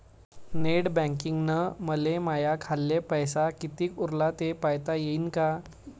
Net बँकिंगनं मले माह्या खाल्ल पैसा कितीक उरला थे पायता यीन काय?